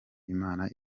imana